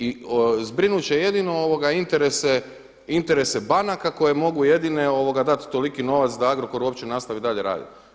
I zbrinut će jedino interese banaka koje mogu jedine dat toliki novac da Agrokor uopće nastavi dalje raditi.